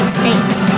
states